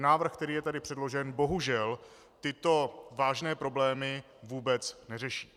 Návrh, který je tady předložen, bohužel tyto vážné problémy vůbec neřeší.